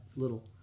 little